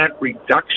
reduction